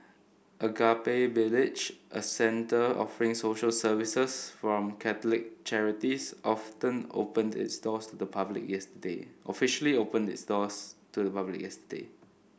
Agape Village a centre offering social services from catholic charities often opened its doors to the public yesterday officially opened its doors to public yesterday